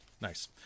Nice